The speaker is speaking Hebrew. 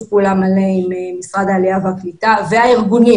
פעולה מלא עם משרד העלייה והקליטה והארגונים.